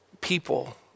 people